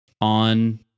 on